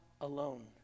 alone